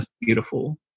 beautiful